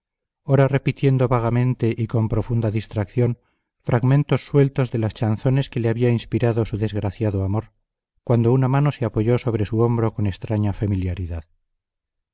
ora repitiendo vagamente y con profunda distracción fragmentos sueltos de las chanzones que le había inspirado su desgraciado amor cuando una mano se apoyó sobre su hombro con extraña familiaridad